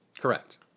correct